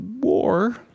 war